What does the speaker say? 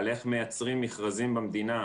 על איך מייצרים מכרזים במדינה,